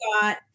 got